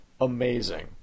amazing